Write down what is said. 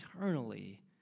eternally